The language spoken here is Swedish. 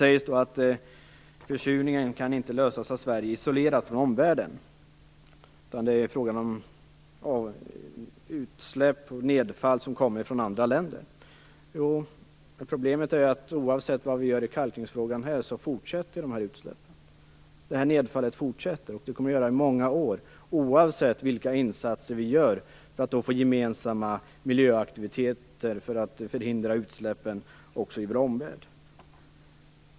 Det sägs att försurningen inte kan lösas av Sverige isolerat från omvärlden, utan att det är fråga om utsläpp och nedfall som kommer från andra länder. Ja, men problemet är att oavsett vad vi gör i kalkningsfrågan här fortsätter utsläppen. Detta nedfall fortsätter, och det kommer det att göra i många år oavsett vilka insatser vi gör för att få till stånd gemensamma miljöaktiviteter för att förhindra utsläppen också i vår omvärld.